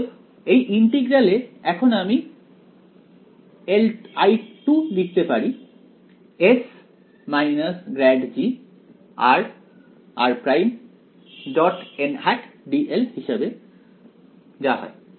অতএব এই ইন্টিগ্রাল এ এখন আমি I2 লিখতে পারি s ∇g r r' dl হিসাবে যা হয়